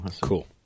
Cool